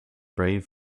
brave